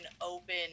open